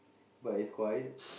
but is quiet